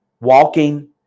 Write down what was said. walking